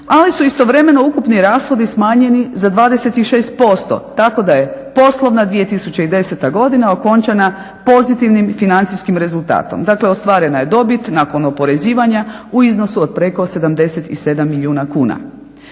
ali su istovremeno ukupni rashodi smanjeni za 26%, tako da je poslovna 2010. godina okončana pozitivnim i financijskim rezultatom. Dakle, ostvarena je dobit nakon oporezivanja u iznosu od preko 77 milijuna kuna.